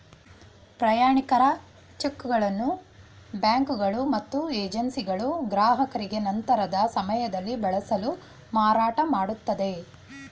ಪ್ರಯಾಣಿಕರ ಚಿಕ್ಗಳನ್ನು ಬ್ಯಾಂಕುಗಳು ಮತ್ತು ಏಜೆನ್ಸಿಗಳು ಗ್ರಾಹಕರಿಗೆ ನಂತರದ ಸಮಯದಲ್ಲಿ ಬಳಸಲು ಮಾರಾಟಮಾಡುತ್ತದೆ